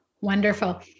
Wonderful